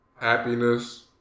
Happiness